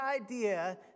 idea